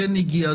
כן הגיעה,